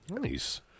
Nice